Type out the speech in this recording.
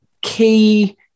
key